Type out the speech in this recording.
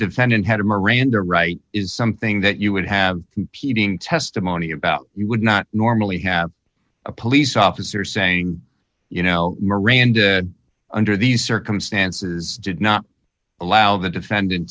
defendant had a miranda right is something that you would have competing testimony about you would not normally have a police officer saying you know miranda under these circumstances did not allow the defendant